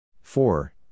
Four